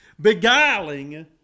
beguiling